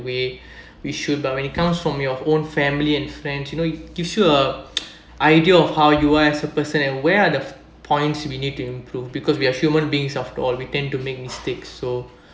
the way should but when it comes from your own family and friends you know it gives you a idea of how you are as a person and where are the points we need to improve because we are human beings after all we tend to make mistakes so